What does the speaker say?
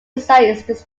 inside